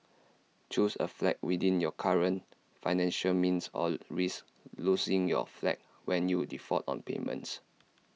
choose A flat within your current financial means or risk losing your flat when you default on payments